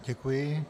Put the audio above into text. Děkuji.